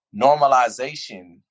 Normalization